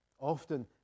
Often